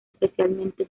especialmente